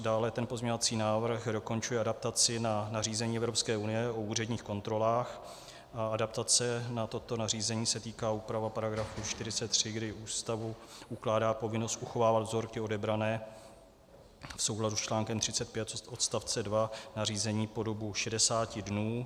Dále pozměňovací návrh dokončuje adaptaci na nařízení Evropské unie o úředních kontrolách a adaptace na toto nařízení se týká úprava § 43, kdy ústavu ukládá povinnost uchovávat vzorky odebrané v souladu s článkem 35 odst. 2 nařízení po dobu 60 dnů.